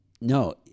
No